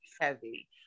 heavy